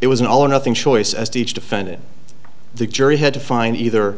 it was an all or nothing choice as each defendant the jury had to find either